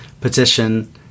petition